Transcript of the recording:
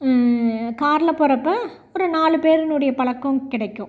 காரில் போறப்போ ஒரு நாலு பேருனுடைய பழக்கம் கிடைக்கும்